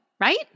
right